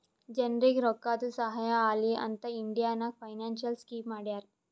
ಜನರಿಗ್ ರೋಕ್ಕಾದು ಸಹಾಯ ಆಲಿ ಅಂತ್ ಇಂಡಿಯಾ ನಾಗ್ ಫೈನಾನ್ಸಿಯಲ್ ಸ್ಕೀಮ್ ಮಾಡ್ಯಾರ